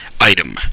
item